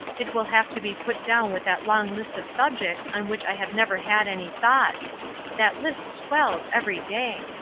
it will have to be put down with that long list of subjects on which i have never had any thoughts that list swells every day.